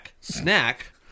snack